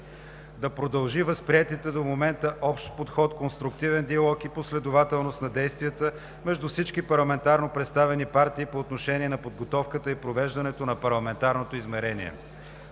Да продължи възприетите до момента общ подход, конструктивен диалог и последователност на действията между всички парламентарно представени партии по отношение на подготовката и провеждането на Парламентарното измерение.